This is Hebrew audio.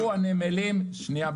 שנייה.